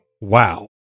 Wow